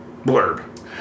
Blurb